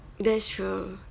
that's true